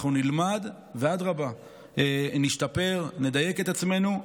אנחנו נלמד, ואדרבה, נשתפר ונדייק את עצמנו.